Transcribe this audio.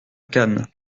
cannes